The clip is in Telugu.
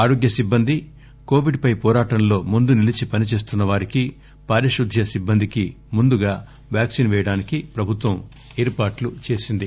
ఆరోగ్య సిబ్బంది కోవిడ్ పై పోరాటంలో ముందు నిలచి పనిచేస్తున్న వారికి పారిశుద్య సిట్బందికి ముందుగా వ్యాక్సిన్ పేయడానికి ప్రభుత్వం ఏర్పాట్లు చేస్తుంది